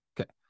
Okay